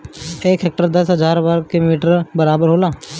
एक हेक्टेयर दस हजार वर्ग मीटर के बराबर होला